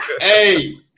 hey